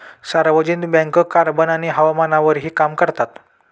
सार्वजनिक bank carbon आणि हवामानावरही काम करतात